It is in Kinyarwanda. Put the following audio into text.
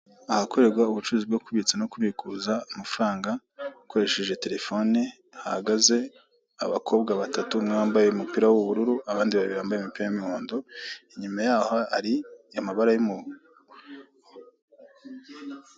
Ahakorerwa ubucuruzi bwo kubitsa no kubikuza amafaranga, hakoreshejwe telefoni. Hahagaze abakobwa batatu, umwe wambaye umupira w'ubururu, abandi babiri bambaye imipira y'umuhondo. Inyuma yaho hari amabara y'umuhondo.